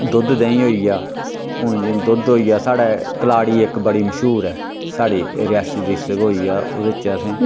दुद्ध देंही होई गेआ हून जियां दुद्ध होई गेआ साढ़ै कलाड़ी इक बड़ी मश्हूर ऐ साढ़ी रियासी डिस्ट्रिक होई गेआ ओह्दे च असें